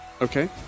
Okay